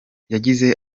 yagize